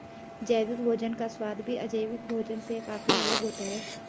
जैविक भोजन का स्वाद भी अजैविक भोजन से काफी अलग होता है